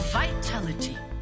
vitality